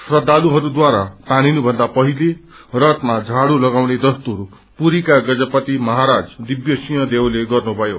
श्रद्धालुहरूद्वारा तानिनुथन्दा पहिले रथमा झाड् लगाउने दस्तुर पुरीका गजपति महाराज दिव्यसिंह देवले गर्नुभयो